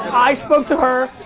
i spoke to her.